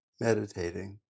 meditating